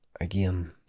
again